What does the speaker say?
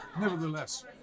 nevertheless